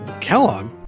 Kellogg